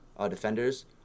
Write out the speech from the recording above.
defenders